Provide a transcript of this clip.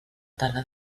tala